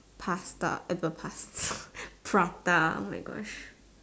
pasta ever pass prata oh my gosh